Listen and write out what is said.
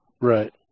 right